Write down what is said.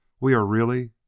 we are really